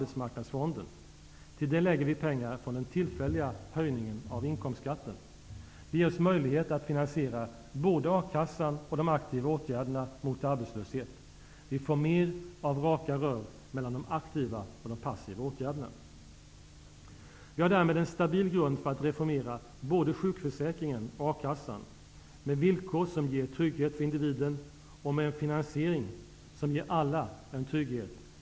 Det är således en mycket dyster bild som KI tecknar av den ekonomiska politik som de borgerliga här i riksdagen nu vill bedriva. Utöver en arbetslöshet på 7--8 % kommer 5--6 % att finnas i åtgärder, varför den totala arbetslösheten kommer att uppgå till 13--14 %. Vi arbetar som nation mer än 10 % under vår kapacitet.